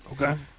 okay